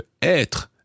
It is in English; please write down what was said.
être